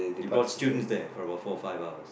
you brought students there for about four five hours